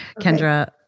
Kendra